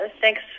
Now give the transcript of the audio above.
Thanks